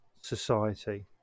Society